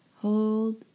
Hold